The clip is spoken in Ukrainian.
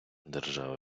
держава